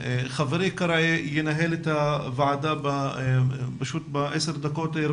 חברי קרעי ינהל את הוועדה בעשר דקות-רבע